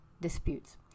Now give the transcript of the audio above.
disputes